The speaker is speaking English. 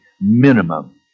Minimum